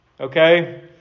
Okay